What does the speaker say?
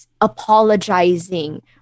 apologizing